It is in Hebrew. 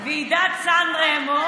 שירת נשים.